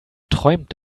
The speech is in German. träumt